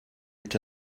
est